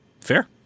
Fair